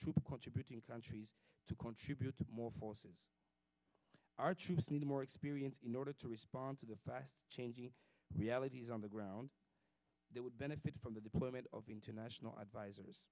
troop contributing countries to contribute more forces our troops need more experience in order to respond to the changing realities on the ground that would benefit from the deployment of international advisers